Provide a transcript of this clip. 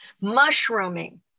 mushrooming